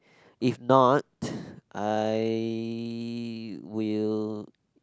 if not I will